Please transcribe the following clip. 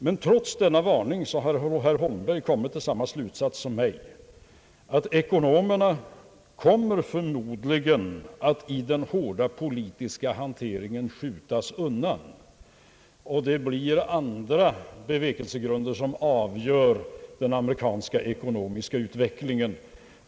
Men trots denna varning har herr Holmberg kommit till samma slutsats som jag, att ekonomernas synpunkter förmodligen skjuts undan i den hårda politiska hanteringen och att andra bevekelsegrunder blir avgörande för den ekonomiska utvecklingen i USA.